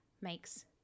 makes